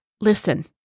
Listen